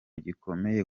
gikomeye